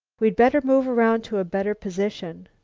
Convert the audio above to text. we'd better move around to a better position.